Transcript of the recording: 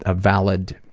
ah valid